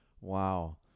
Wow